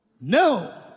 no